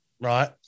right